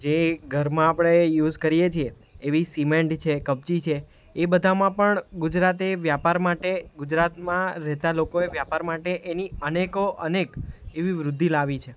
જે ઘરમાં આપણે યુઝ કરીએ છીએ એવી સિમેન્ટ છે કપચી છે એ બધામાં પણ ગુજરાતે વ્યાપાર માટે ગુજરાતમાં રહેતા લોકોએ વ્યાપાર માટે એની અનેકો અનેક એવી વૃદ્ધિ લાવી છે